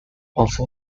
also